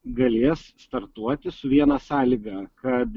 galės startuoti su viena sąlyga kad